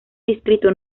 distrito